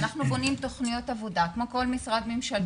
אנחנו בונים תכניות עבודה כמו כל משרד ממשלתי